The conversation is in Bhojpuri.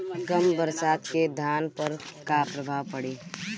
कम बरसात के धान पर का प्रभाव पड़ी?